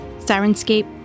Sirenscape